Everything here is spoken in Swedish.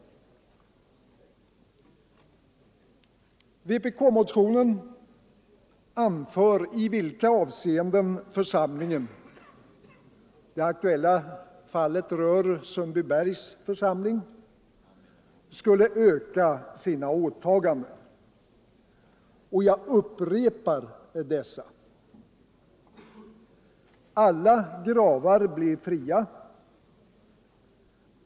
I vpk-motionen anförs i vilka avseenden församlingen — det aktuella fallet rör Sundbybergs församling — skulle öka sina åtaganden. Jag upprepar dessa: Alla gravar blir fria.